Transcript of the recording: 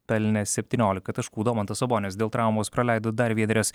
pelnęs septyniolika taškų domantas sabonis dėl traumos praleido dar vienerias